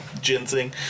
Ginseng